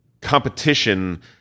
competition